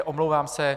Omlouvám se.